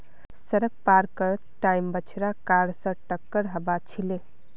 सड़क पार कर त टाइम बछड़ा कार स टककर हबार छिले